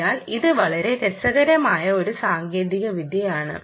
അതിനാൽ ഇത് വളരെ രസകരമായ ഒരു സാങ്കേതികവിദ്യയാണ്